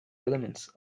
elements